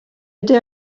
ydy